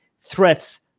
threats